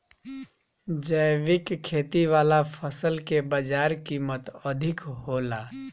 जैविक खेती वाला फसल के बाजार कीमत अधिक होला